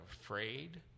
afraid